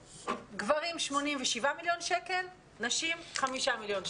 גברים 87 מיליון שקל, נשים חמישה מיליון שקל.